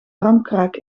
ramkraak